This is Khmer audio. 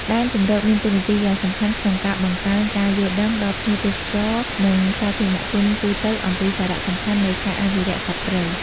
ដែនជម្រកមានតួនាទីយ៉ាងសំខាន់ក្នុងការបង្កើនការយល់ដឹង ដល់ភ្ញៀវទេសចរណ៍ និងសាធារណជនទូទៅអំពីសារៈសំខាន់នៃការអភិរក្សសត្វព្រៃ។